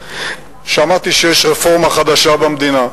ושמעתי שיש רפורמה חדשה במדינה.